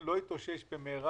לא יתאושש במהרה,